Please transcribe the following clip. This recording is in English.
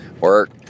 work